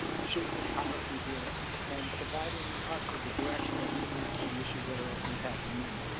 shaping policy here and providing us with the direction that we need for the issues that are ah impacting them.